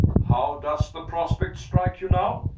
how does the prospect strike you now?